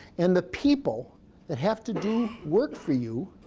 and the people that have to do work for you